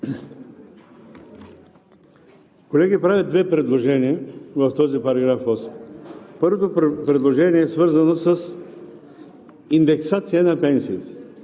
Колеги, правя две предложения в този § 8. Първото предложение е свързано с индексация на пенсиите.